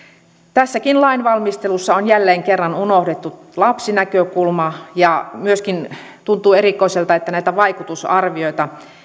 tässäkin lainvalmistelussa on jälleen kerran unohdettu lapsinäkökulma myöskin tuntuu erikoiselta että näitä vaikutusarvioita